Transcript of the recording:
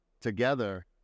together